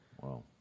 Wow